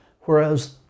Whereas